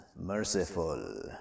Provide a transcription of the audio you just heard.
merciful